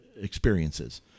experiences